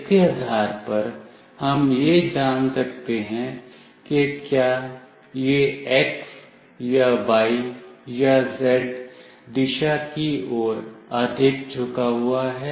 इसके आधार पर हम यह जान सकते हैं कि क्या यह x या y या z दिशा की ओर अधिक झुका हुआ है